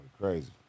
Crazy